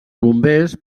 bombers